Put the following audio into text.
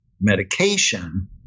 medication